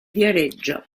viareggio